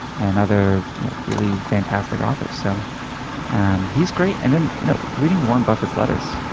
and other really fantastic authors. so and he's great, and then you know reading warren buffet's letters.